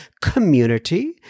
community